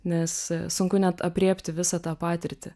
nes sunku net aprėpti visą tą patirtį